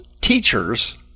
teachers